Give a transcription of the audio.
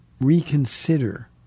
reconsider